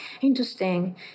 interesting